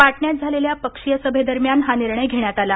पाटण्यात झालेल्या पक्षीय सभेदरम्यान हा निर्णय घेण्यात आला